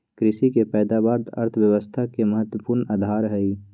कृषि के पैदावार अर्थव्यवस्था के महत्वपूर्ण आधार हई